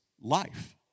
life